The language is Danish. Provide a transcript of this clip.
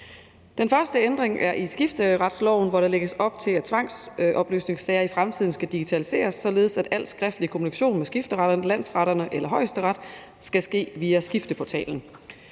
Den første ændring er af skifteretsloven, hvor der lægges op til, at tvangsopløsningssager i fremtiden skal digitaliseres, således at al skriftlig kommunikation med skifteretterne, landsretterne eller Højesteret skal ske via skifteportalen.